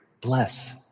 bless